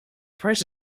price